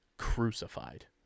crucified